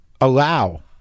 allow